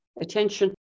attention